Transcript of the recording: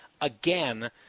again